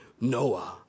Noah